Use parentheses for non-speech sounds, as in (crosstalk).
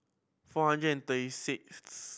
four hundred and thirty (noise) sixth